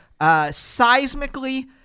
seismically